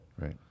right